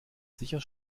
sicher